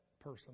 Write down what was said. person